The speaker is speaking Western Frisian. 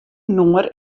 nûmer